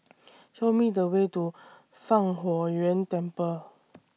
Show Me The Way to Fang Huo Yuan Temple